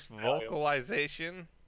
vocalization